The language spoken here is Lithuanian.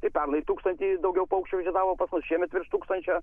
tai pernai tūkstantį ir daugiau paukščių žiedavo pas mus šiemet virš tūkstančio